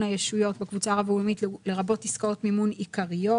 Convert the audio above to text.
הישויות בקבוצה הרב-לאומית לרבות עסקאות מימון עיקריות".